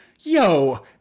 yo